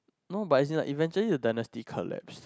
no but is in like eventually the dynasty collapse